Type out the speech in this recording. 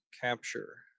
Capture